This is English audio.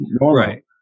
Right